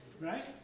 Right